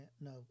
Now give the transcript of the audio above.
No